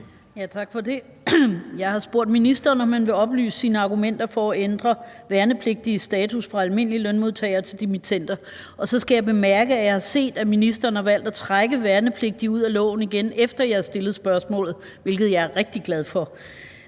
det her spørgsmål til ministeren: Vil ministeren oplyse sine argumenter for at ændre værnepligtiges status fra almindelige lønmodtagere til dimittender? Så skal jeg bemærke, at jeg har set, at ministeren har valgt at trække værnepligtige ud af loven igen, efter jeg har stillet spørgsmålet, hvilket jeg er rigtig glad for.